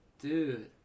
Dude